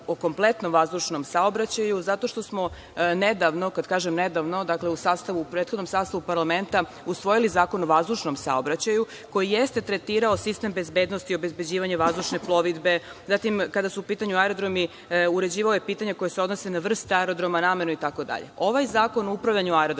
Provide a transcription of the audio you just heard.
o kompletnom vazdušnom saobraćaju, zato što smo nedavno, kada kažem nedavno, u prethodnom sastavu parlamenta, usvojili Zakon o vazdušnom saobraćaju koji jeste tretirao sistem bezbednosti i obezbeđivanja vazdušne plovidbe. Kada su u pitanju aerodromi, uređivao je pitanja koja se odnose na vrstu aerodroma, namenu itd. Ovaj Zakon o upravljanju aerodromima